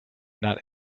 not